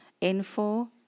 info